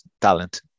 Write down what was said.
talent